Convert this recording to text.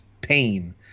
pain